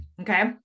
Okay